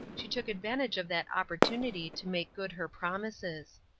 she took advantage of that opportunity to make good her promises.